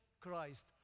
Christ